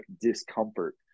discomfort